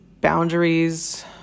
boundaries